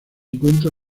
encuentra